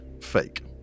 fake